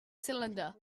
cylinder